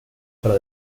para